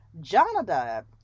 Jonadab